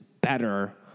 better